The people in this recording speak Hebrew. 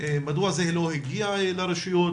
מדוע זה לא הגיע לרשויות,